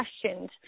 questioned